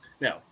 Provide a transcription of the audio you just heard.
Now